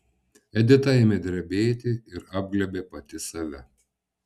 edita ėmė drebėti ir apglėbė pati save